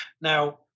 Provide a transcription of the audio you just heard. Now